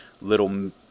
little